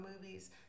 movies